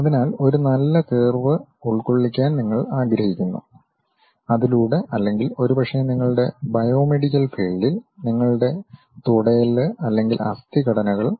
അതിനാൽ ഒരു നല്ല കർവ് ഉൾക്കൊള്ളിക്കൻ നിങ്ങൾ ആഗ്രഹിക്കുന്നു അതിലൂടെ അല്ലെങ്കിൽ ഒരുപക്ഷേ നിങ്ങളുടെ ബയോമെഡിക്കൽ ഫീൽഡിൽ നിങ്ങളുടെ തുടയെല്ല് അല്ലെങ്കിൽ അസ്ഥി ഘടനകൾ